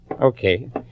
Okay